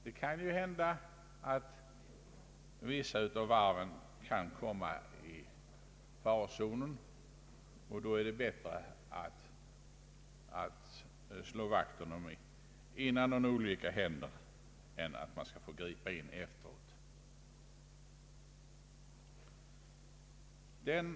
Det kan ju hända att vissa av varven kan komma i farozonen, och då är det bättre att slå vakt om dem, innan någon olycka händer, än att man skall vara tvungen att gripa in med räddningsaktioner efteråt.